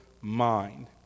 mind